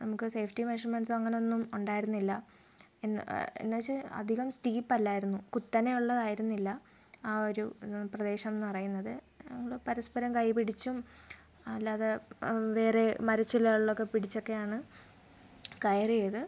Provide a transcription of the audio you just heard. നമുക്ക് safety measurements അങ്ങനെയൊന്നും ഉണ്ടായിരുന്നില്ല എന്ന് എന്ന് വെച്ചാൽ അധികം സ്റ്റീപ്പല്ലായിരുന്നു കുത്തനെ ഉള്ളതായിരുന്നില്ല ആ ഒരു പ്രദേശമെന്ന് പറയുന്നത് ഞങ്ങൾ പരസ്പരം കൈ പിടിച്ചും അല്ലാതെ വേറെ മരച്ചില്ലകളിലൊക്കെ പിടിച്ചൊക്കെയാണ് കയറിയത്